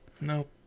Nope